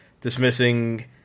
dismissing